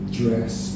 dress